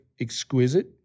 exquisite